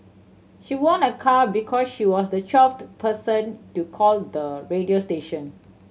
she won a car because she was the twelfth person to call the radio station